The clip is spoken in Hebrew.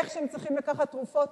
איך שהם צריכים לקחת תרופות,